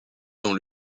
dans